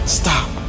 stop